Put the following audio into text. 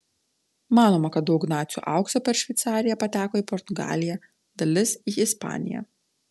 manoma kad daug nacių aukso per šveicariją pateko į portugaliją dalis į ispaniją